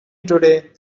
today